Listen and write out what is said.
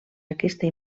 aquesta